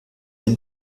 ein